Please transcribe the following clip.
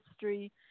history